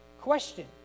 question